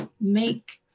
make